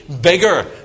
bigger